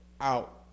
out